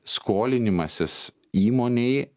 skolinimasis įmonei